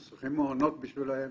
אנחנו צריכים מעונות בשבילם.